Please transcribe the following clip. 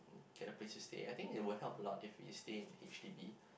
get a place to stay I think it would help a lot if we stay in H_D_B